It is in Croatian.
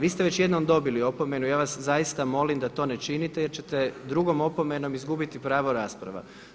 Vi ste već jednom dobili opomenu, ja vas zaista molim da to ne činite jer ćete drugom opomenom izgubiti pravo rasprava.